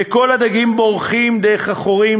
וכל הדגים בורחים דרך החורים.